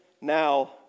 now